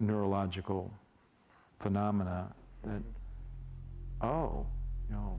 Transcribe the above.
neurological phenomena and you know